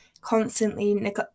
constantly